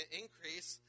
increase